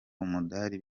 umudali